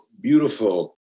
beautiful